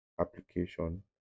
application